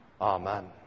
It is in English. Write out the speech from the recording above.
Amen